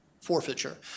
forfeiture